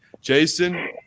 Jason